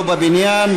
לא בבניין,